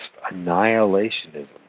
Annihilationism